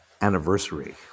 anniversary